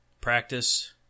practice